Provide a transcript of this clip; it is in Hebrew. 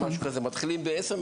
מתחילים ב-10:00,